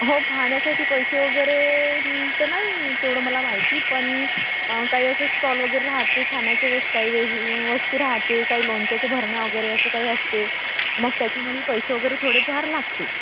हो पाहण्यासाठी पैसे वगैरे तर नाही तेवढं मला माहिती पण काही असं स्टॉल वगैरे राहते खाण्याच्या वस् काही वेज वस्तू राहते काही लोणच्याच्या बरण्या वगैरे असं काही असते मग त्याच्यामध्ये पैसे वगैरे थोडेफार लागते